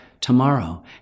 tomorrow